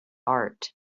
art